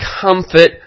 comfort